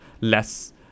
less